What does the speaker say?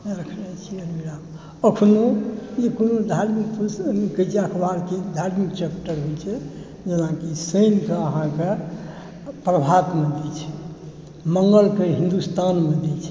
रखने छियै अलमीरामे एखनहु जे कोनो धार्मिक पृष्ठ देखै छियै अखबारके धार्मिक चैप्टर होइ छै जेनाकि शनिकेँ अहाँके प्रभातमे अबै छै मंगलकेँ हिन्दुस्तानमे अबै छै